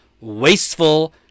wasteful